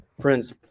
Friends